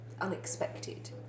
unexpected